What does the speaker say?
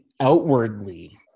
outwardly